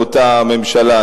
באותה ממשלה,